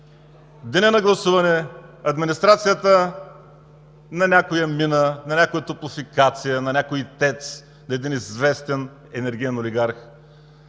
деня на гласуване администрацията на някоя мина, на някоя топлофикация, на някой ТЕЦ на един известен енергиен олигарх.